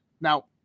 Now-